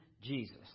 Jesus